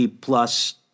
plus